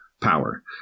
power